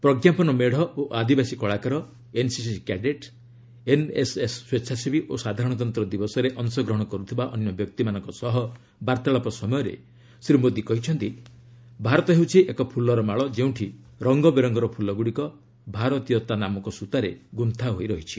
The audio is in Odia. ପ୍ରଜ୍ଞାପନ ମେଡ଼ ଓ ଆଦିବାସୀ କଳାକାର ଏନ୍ସିସି କ୍ୟାଡେଟ୍ ଏନ୍ଏସ୍ଏସ୍ ସ୍ୱଚ୍ଛାସେବୀ ଓ ସାଧାରଣତନ୍ତ୍ର ଦିବସରେ ଅଂଶଗ୍ରହଣ କରୁଥିବା ଅନ୍ୟ ବ୍ୟକ୍ତିମାନଙ୍କ ସହ ବାର୍ଭାଳପ ସମୟରେ ଶ୍ରୀ ମୋଦୀ କହିଛନ୍ତି ଭାରତ ହେଉଛି ଏକ ଫୁଲର ମାଳ ଯେଉଁଠି ରଙ୍ଗବେରଙ୍ଗର ଫୁଲଗୁଡ଼ିକ ଭାରତୀୟତା ନାମକ ସୂତାରେ ଗୁନ୍ଥା ହୋଇ ରହିଛି